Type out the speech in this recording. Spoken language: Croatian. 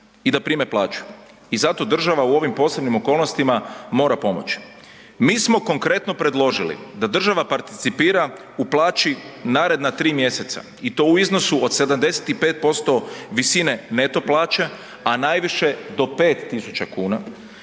i da prime plaću i zato država u ovim posebnim okolnostima mora pomoći. Mi smo konkretno predložili da država participira u plaći naredna tri mjeseca i to u iznosu od 75% visine neto plaće, a najviše do 5.000 kuna,